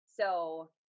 So-